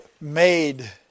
made